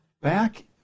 Back